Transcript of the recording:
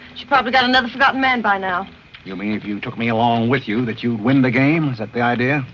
she probably got another man by now you mean if you took me along with you that you win the game? is that the idea?